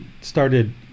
started